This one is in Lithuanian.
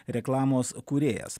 reklamos kūrėjas